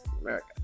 America